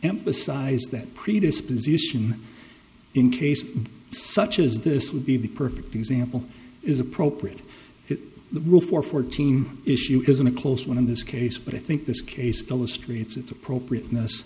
emphasize that predisposition in case such as this would be the perfect example is appropriate the rule for fourteen issue isn't a close one of this case but i think this case illustrates its appropriateness